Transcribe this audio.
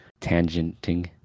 tangenting